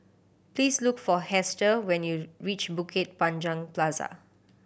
please look for Hester when you reach Bukit Panjang Plaza